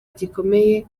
gikomeye